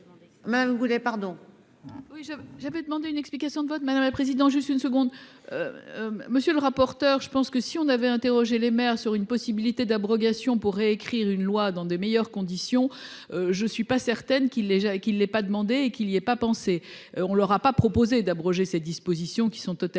Même pardon. Oui j'ai j'avais demandé une explication de vote président juste une seconde. Monsieur le rapporteur. Je pense que si on avait interrogé les mères. Sur une possibilité d'abrogation pour réécrire une loi dans des meilleures conditions. Je suis pas certaine qu'il est, il n'est pas demandé et qu'il y ai pas pensé. On leur a pas proposé d'abroger ces dispositions qui sont totalement